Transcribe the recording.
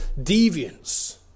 deviance